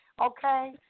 okay